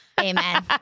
Amen